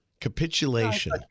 capitulation